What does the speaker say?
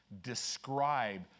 describe